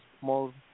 more